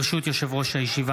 ברשות יושב-ראש הישיבה,